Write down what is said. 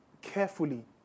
carefully